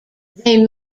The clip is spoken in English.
they